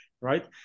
right